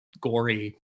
gory